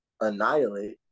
annihilate